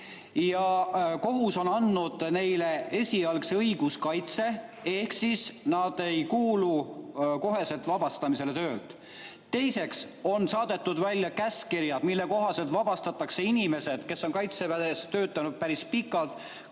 Kohus on andnud neile esialgse õiguskaitse ehk siis nad ei kuulu koheselt töölt vabastamisele. Teiseks on saadetud välja käskkirjad, mille kohaselt vabastatakse inimesed, kes on Kaitseväes töötanud päris pikalt,